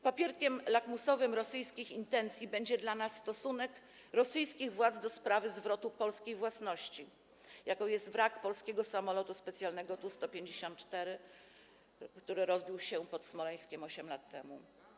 Papierkiem lakmusowym rosyjskich intencji będzie dla nas stosunek rosyjskich władz do sprawy zwrotu polskiej własności, jaką jest wrak polskiego samolotu specjalnego TU-154, który rozbił się pod Smoleńskiem 8 lat temu.